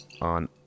on